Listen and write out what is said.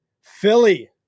Philly